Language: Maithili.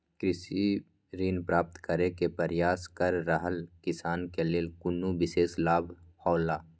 कृषि ऋण प्राप्त करे के प्रयास कर रहल किसान के लेल कुनु विशेष लाभ हौला?